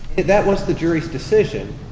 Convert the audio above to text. that was the jury's decision,